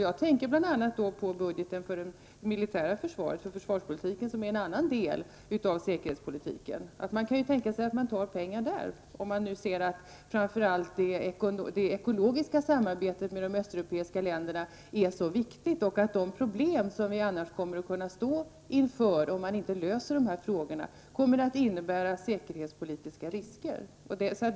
Jag tänker då bl.a. på budgeten för det militära försvaret, försvarspolitiken, som är en annan del av säkerhetspolitiken. Man kan ju tänka sig att pengar tas därifrån, om man nu anser att framför allt det ekologiska samarbetet med de östeuropeiska länderna är så viktigt och att de problem vi annars kommer att stå inför om inte dessa problem löses kommer att innebära säkerhetspolitiska risker.